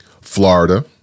Florida